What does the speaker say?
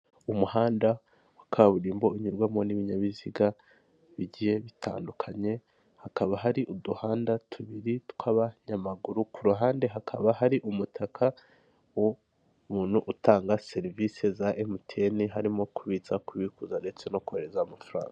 Umuhanda wa kaburimbo unyurwamo n'ibinyabiziga bigiye bitandukanye hakaba hari uduhanda tubiri tw'abanyamaguru ku ruhande hakaba hari umutaka w'umuntu utanga serivisi za emutiyene, harimo kubitsa kubikuza ndetse no kohereza amafaranga.